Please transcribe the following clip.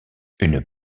une